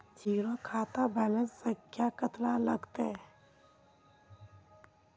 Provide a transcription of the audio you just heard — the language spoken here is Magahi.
जीरो खाता बैलेंस संख्या कतला लगते?